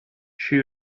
she